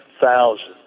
thousands